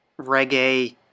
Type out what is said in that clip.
reggae